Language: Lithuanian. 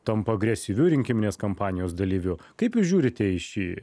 tampa agresyviu rinkiminės kampanijos dalyviu kaip jūs žiūrite į šį